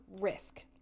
risk